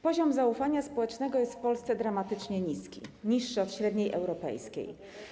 Poziom zaufania społecznego jest w Polsce dramatycznie niski, niższy od średniej europejskiej.